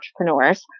entrepreneurs